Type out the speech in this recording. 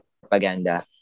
propaganda